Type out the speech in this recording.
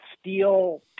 steel